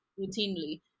routinely